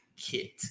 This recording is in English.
kit